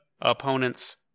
opponent's